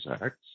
acts